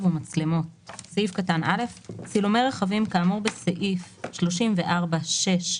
ומצלמות 40. (א)צילומי רכבים כאמור בסעיף 34(6)